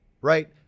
Right